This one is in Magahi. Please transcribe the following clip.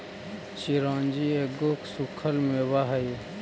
चिरौंजी एगो सूखल मेवा हई